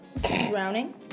Drowning